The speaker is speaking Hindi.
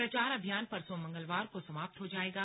प्रचार अभियान परसों मंगलवार को समाप्त हो जाएगा